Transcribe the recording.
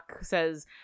says